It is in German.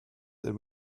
der